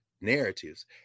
narratives